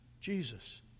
Jesus